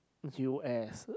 u_s